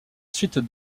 suite